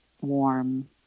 warm